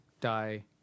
die